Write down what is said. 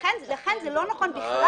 לכן, זה לא נכון בכלל.